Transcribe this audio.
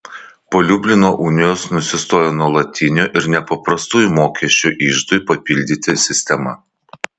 po liublino unijos nusistojo nuolatinių ir nepaprastųjų mokesčių iždui papildyti sistema